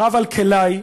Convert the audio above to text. הרב אלקלעי,